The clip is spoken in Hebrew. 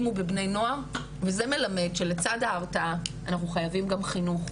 ובבני נוער וזה מלמד שלצד ההרתעה אנחנו חייבים גם חינוך,